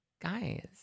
Guys